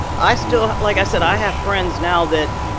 i still like i said, i have friends now that,